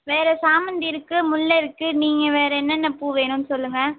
வேறு சாமந்தியிருக்கு முல்லை இருக்கு நீங்கள் வேறு என்னென்ன பூ வேணும்ன்னு சொல்லுங்கள்